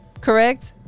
correct